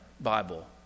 Bible